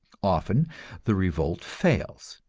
often the revolt fails,